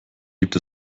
gibt